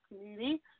community